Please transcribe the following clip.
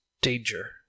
danger